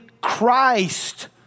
Christ